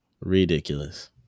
Ridiculous